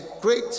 great